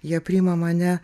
jie priima mane